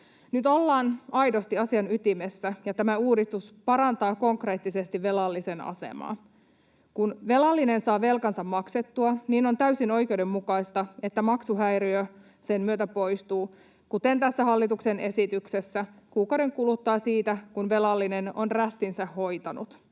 Nyt ollaan aidosti asian ytimessä, ja tämä uudistus parantaa konkreettisesti velallisen asemaa. Kun velallinen saa velkansa maksettua, niin on täysin oikeudenmukaista, että maksuhäiriö sen myötä poistuu, kuten tässä hallituksen esityksessä, kuukauden kuluttua siitä, kun velallinen on rästinsä hoitanut.